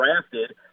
drafted